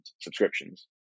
subscriptions